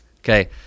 Okay